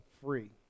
free